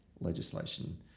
legislation